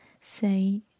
say